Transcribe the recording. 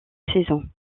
saison